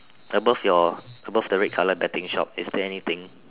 above your above the red colour betting shop is there anything